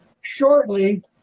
shortly